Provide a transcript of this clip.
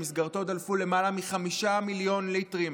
שבו דלפו למעלה מ-5 מיליון ליטרים